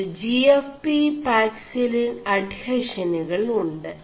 ഇതിൽ G F P paxillin അഡ്െഹഷനുകൾ ഉ്